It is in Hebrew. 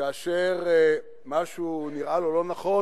כאשר משהו נראה לו לא נכון,